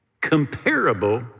comparable